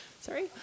Sorry